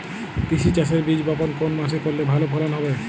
তিসি চাষের বীজ বপন কোন মাসে করলে ভালো ফলন হবে?